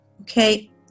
okay